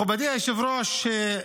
מכובדי היושב-ראש,